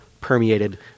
permeated